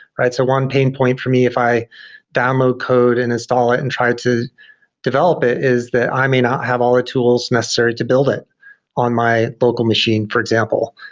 right? so one pain point for me if i download code and install it and try to develop it, is that i may not have all the tools necessary to build it on my local machine, for example.